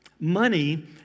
money